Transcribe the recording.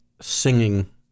singing